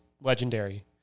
legendary